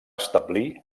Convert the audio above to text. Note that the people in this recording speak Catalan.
establir